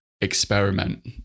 experiment